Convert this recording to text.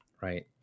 right